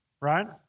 right